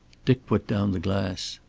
dick put down the glass.